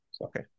Okay